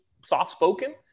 soft-spoken